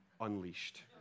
unleashed